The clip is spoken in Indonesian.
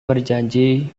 berjanji